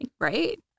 Right